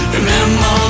Remember